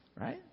right